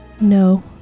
No